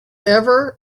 ever